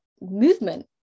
movement